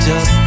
up